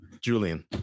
Julian